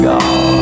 God